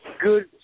good